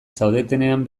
zaudetenean